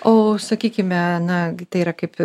o sakykime na tai yra kaip